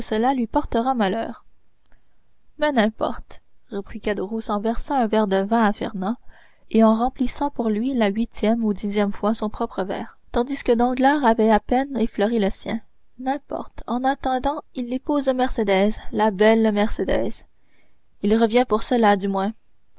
cela lui portera malheur mais n'importe reprit caderousse en versant un verre de vin à fernand et en remplissant pour la huitième ou dixième fois son propre verre tandis que danglars avait à peine effleuré le sien n'importe en attendant il épouse mercédès la belle mercédès il revient pour cela du moins